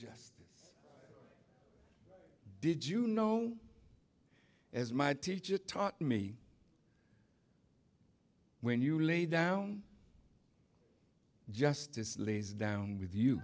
yes did you know as my teacher taught me when you lay down justice lays down with you